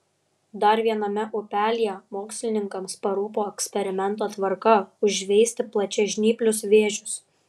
dar viename upelyje mokslininkams parūpo eksperimento tvarka užveisti plačiažnyplius vėžius